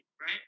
right